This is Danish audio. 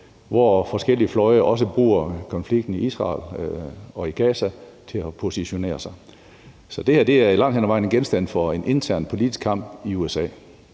hvor forskellige fløje også bruger konflikten i Israel og Gaza til at positionere sig. Så det her er langt hen ad vejen genstand for en intern politisk kamp i USA,